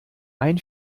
ein